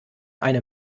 eine